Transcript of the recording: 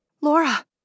Laura